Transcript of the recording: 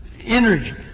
energy